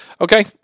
Okay